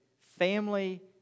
family